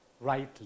rightly